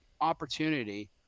opportunity